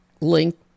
link